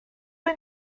fwy